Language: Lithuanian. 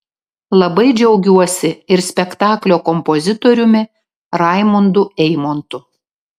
labai džiaugiuosi ir spektaklio kompozitoriumi raimundu eimontu